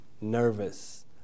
nervous